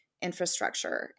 infrastructure